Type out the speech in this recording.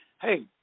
hey